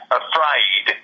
afraid